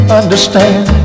understand